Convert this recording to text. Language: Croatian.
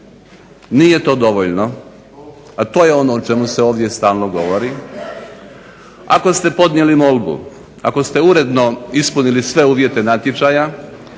nije to dovoljno, a to je ono o čemu se ovdje stalno govori. Ako ste podnijeli molbu, ako ste uredno ispunili sve uvjete natječaja,